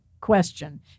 question